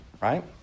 right